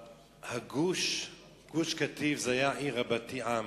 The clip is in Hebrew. הגוש, גוש-קטיף, היה עיר רבתי עם,